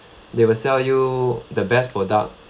they will sell you the best product